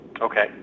Okay